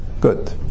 Good